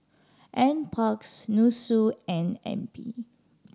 Nparks NUSSU and N